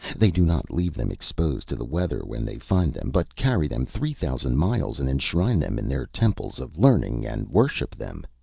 they do not leave them exposed to the weather when they find them, but carry them three thousand miles and enshrine them in their temples of learning, and worship them.